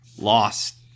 lost